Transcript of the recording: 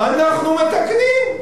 אנחנו מתקנים.